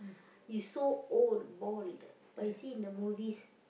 he so old bald but you see in the movies